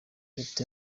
leta